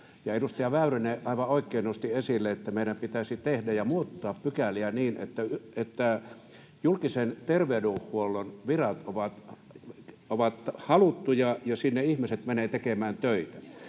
edustaja Väyrynen aivan oikein nosti esille, että meidän pitäisi tehdä ja muuttaa pykäliä niin, että julkisen terveydenhuollon virat olisivat haluttuja ja sinne ihmiset menisivät tekemään töitä.